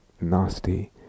nasty